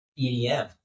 EDM